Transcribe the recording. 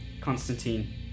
constantine